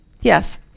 Yes